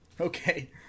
okay